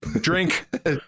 Drink